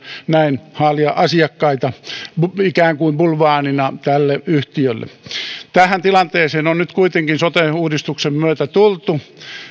näin haalia asiakkaita ikään kuin bulvaanina tälle yhtiölle tähän tilanteeseen on nyt kuitenkin sote uudistuksen myötä tultu